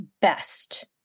best